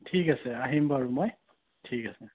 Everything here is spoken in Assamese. ঠিক আছে আহিম বাৰু মই ঠিক আছে